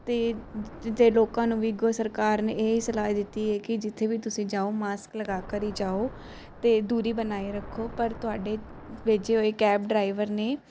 ਤੇ ਜੇ ਲੋਕਾਂ ਨੂੰ ਵੀ ਅੱਗੋਂ ਸਰਕਾਰ ਨੇ ਇਹ ਸਲਾਹ ਦਿੱਤੀ ਹੈ ਕਿ ਜਿੱਥੇ ਵੀ ਤੁਸੀਂ ਜਾਓ ਮਾਸਕ ਲਗਾ ਕਰ ਹੀ ਜਾਓ ਤੇ ਦੂਰੀ ਬਣਾਏ ਰੱਖੋ ਪਰ ਤੁਹਾਡੇ ਭੇਜੇ ਹੋਏ ਕੈਬ ਡਰਾਈਵਰ ਨੇ